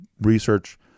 research